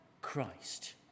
Christ